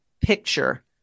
picture